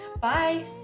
Bye